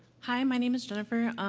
hi, my name is jennifer.